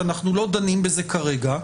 שאנחנו לא דנים בזה כרגע,